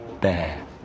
bear